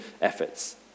efforts